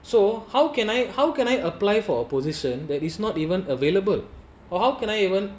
so how can I how can I apply for a position that is not even available or how can I even